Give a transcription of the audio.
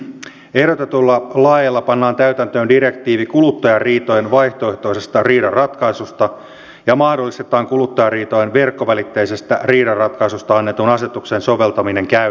ehdotetuilla laeilla pannaan täytäntöön direktiivi kuluttajariitojen vaihtoehtoisesta riidan ratkaisusta ja mahdollistetaan kuluttajariitojen verkkovälitteisestä riidanratkaisusta annetun asetuksen soveltaminen käytännössä